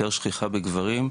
יותר שכיחה בגברים,